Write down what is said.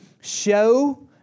show